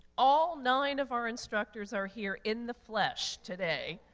all nine of our instructors are here in the flesh today,